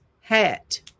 hat